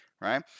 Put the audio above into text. right